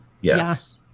Yes